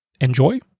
enjoy